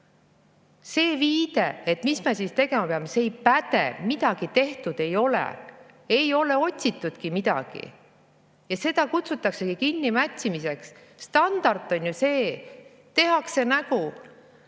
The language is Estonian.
See viide, et mis me siis tegema peame, ei päde. Midagi tehtud ei ole, ei ole otsitudki midagi. Ja seda kutsutaksegi kinnimätsimiseks. Standard on ju see, et tehakse nägu